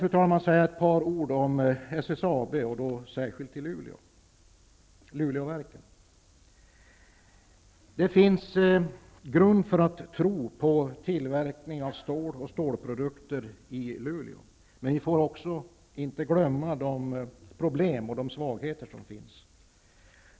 Jag skall sedan säga några ord om SSAB, och då särskilt om Luleåverken. Det finns grund för att tro på tillverkning av stål och stålprodukter i Luleå, men vi får inte heller glömma de problem och svagheter som finns.